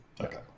Okay